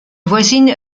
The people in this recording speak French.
voisine